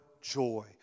joy